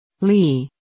Lee